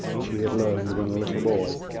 which he had learned when a little boy,